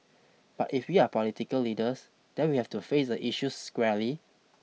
but if we are political leaders then we have to face the issue squarely